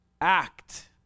Act